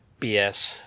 BS